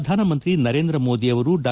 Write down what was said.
ಪ್ರಧಾನಮಂತ್ರಿ ನರೇಂದ್ರ ಮೋದಿ ಅವರು ಡಾ